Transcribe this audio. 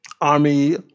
army